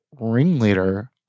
ringleader